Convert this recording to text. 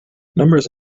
numbers